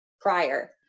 prior